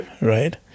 Right